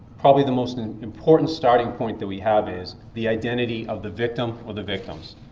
probably the most important starting point that we have is the identity of the victim or the victims.